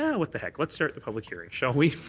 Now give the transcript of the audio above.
yeah what the heck, let's start the public hearing, shall we?